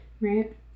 right